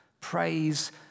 Praise